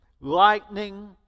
lightning